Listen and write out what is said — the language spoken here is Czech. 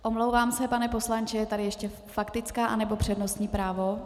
Omlouvám se, pane poslanče, je tady ještě faktická anebo přednostní právo?